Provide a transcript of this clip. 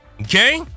okay